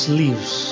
leaves